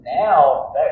Now